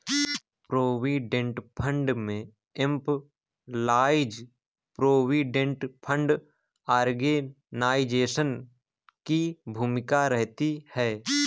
provident fund में employees provident fund organisation की भूमिका रहती है